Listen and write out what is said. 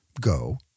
Go